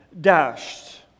dashed